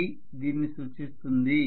ఇది దీనిని సూచిస్తుంది